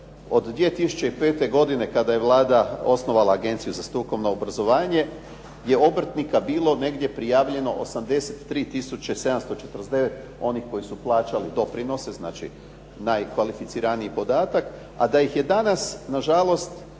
od 2005. godine kada je Vlada osnovala Agenciju za strukovno obrazovanje je obrtnika bilo negdje prijavljeno 83749 onih koji su plaćali doprinose, znači najkvalificiraniji podatak, a da ih je danas na žalost